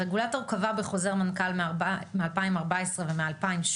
הרגולטור קבע בחוזר מנכ"ל מ- 2014 ומ- 2017,